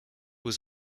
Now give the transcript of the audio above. was